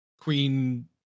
Queen